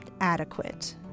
adequate